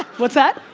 what's that?